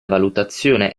valutazione